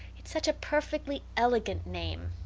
it's such a perfectly elegant name.